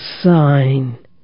sign